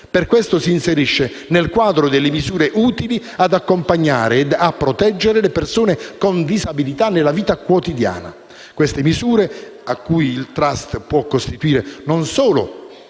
per questo si inserisce nel quadro delle misure utili ad accompagnare e a proteggere le persone con disabilità nella vita quotidiana. Queste misure, a cui il *trust* può costituire non solo